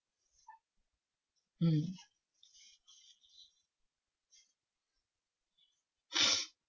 mm